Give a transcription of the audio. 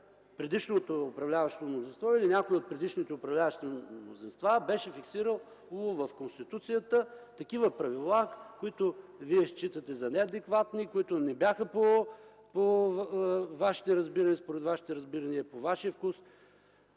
предишното управляващо мнозинство или някои от предишните управляващи мнозинства беше фиксирал улов в Конституцията такива правила, които Вие считате за неадекватни, не бяха според Вашите разбирания, по Вашия вкус?